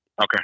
Okay